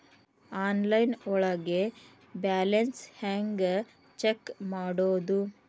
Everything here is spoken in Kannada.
ಆನ್ಲೈನ್ ಒಳಗೆ ಬ್ಯಾಲೆನ್ಸ್ ಹ್ಯಾಂಗ ಚೆಕ್ ಮಾಡೋದು?